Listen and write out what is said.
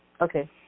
Okay